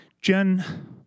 Jen